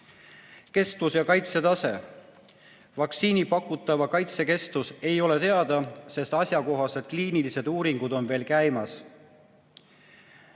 Kestus ja kaitse tase. Vaktsiini pakutava kaitse kestus ei ole teada, sest asjakohased kliinilised uuringud on veel käimas.